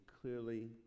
clearly